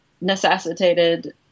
necessitated